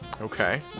okay